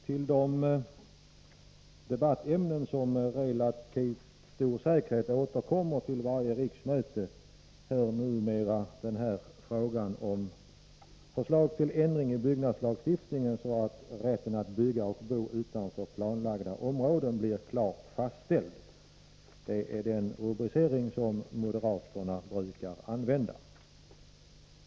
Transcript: Till de debattämnen som med relativt stor säkerhet återkommer till varje riksmöte hör numera frågan om förslag till ändring i byggnadslagen, så att rätten att bygga och bo utanför planlagda områden blir klart fastställd. Det är den rubricering som moderaterna brukar använda.